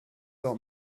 fel